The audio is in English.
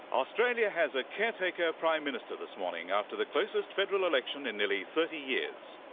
australia has a caretaker prime minister this morning, after the closest federal election in nearly thirty years.